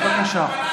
בבקשה.